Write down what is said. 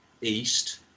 east